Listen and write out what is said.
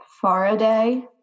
Faraday